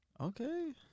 Okay